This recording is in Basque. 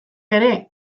ere